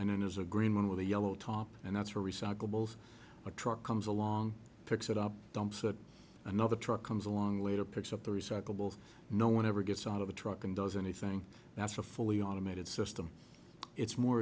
his agreement with the yellow top and that's where recyclables a truck comes along picks it up dumps it another truck comes along later picks up the recyclables no one ever gets out of the truck and does anything that's a fully automated system it's more